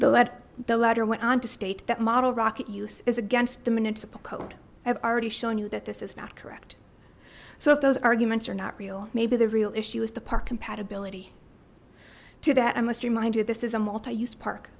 the let the letter went on to state that model rocket use is against the municipal code i've already shown you that this is not correct so if those arguments are not real maybe the real issue is the park compatibility to that i must remind you this is a multi use park